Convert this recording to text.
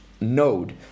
node